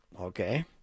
okay